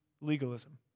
legalism